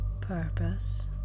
purpose